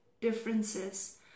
differences